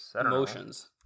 emotions